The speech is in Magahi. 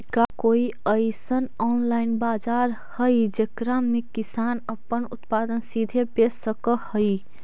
का कोई अइसन ऑनलाइन बाजार हई जेकरा में किसान अपन उत्पादन सीधे बेच सक हई?